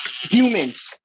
humans